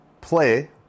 play